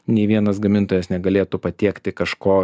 nei vienas gamintojas negalėtų patiekti kažko